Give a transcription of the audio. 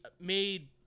made